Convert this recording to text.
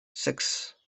six